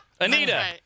Anita